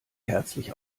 herzlich